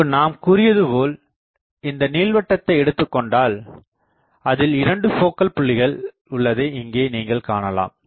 முன்பு நாம் கூறியதுபோல் இந்த நீள்வட்டத்தை எடுத்துக்கொண்டால் அதில் 2 போக்கல் புள்ளிகள் உள்ளதை இங்கே நீங்கள் காணலாம்